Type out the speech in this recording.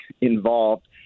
involved